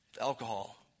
Alcohol